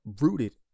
rooted